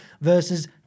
versus